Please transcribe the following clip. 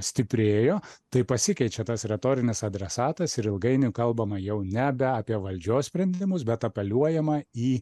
stiprėjo tai pasikeičia tas retorinis adresatas ir ilgainiui kalbama jau nebe apie valdžios sprendimus bet apeliuojama į